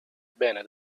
bene